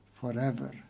forever